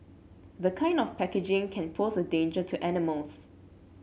the kind of packaging can pose a danger to animals